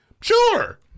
Sure